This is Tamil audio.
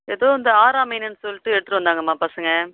ஏதோ இந்த ஆரா மீனுனு சொல்லிட்டு எடுத்துட்டு வந்தாங்கம்மா பசங்கள்